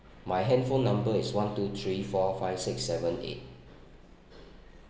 my handphone number is one two three four five six seven eight